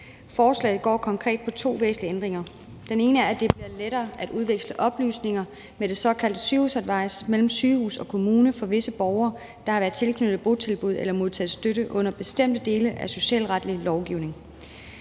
Forslaget går konkret på to væsentlige ændringer. Den ene er, at det bliver lettere at udveksle oplysninger, med et såkaldt sygehusadvis, mellem sygehus og kommune for visse borgere, der har været tilknyttet et botilbud eller modtaget støtte under bestemte dele af den socialretlige lovgivning.